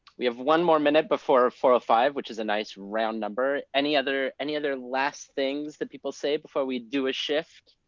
we have one more minute before four five, which is a nice round number. any other any other last things that people say before we do a shift?